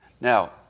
Now